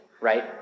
right